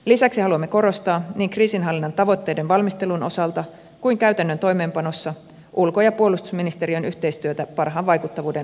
lisäksi haluamme korostaa niin kriisinhallinnan tavoitteiden valmistelun osalta kuin käytännön toimeenpanossa ulko ja puolustusministeriön yhteistyötä parhaan vaikuttavuuden aikaansaamiseksi